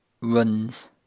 runs